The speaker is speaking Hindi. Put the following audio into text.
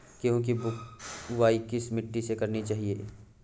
गेहूँ की बुवाई किस मिट्टी में करनी चाहिए?